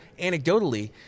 anecdotally